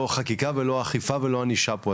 לא חקיקה ולא אכיפה ולא ענישה פה,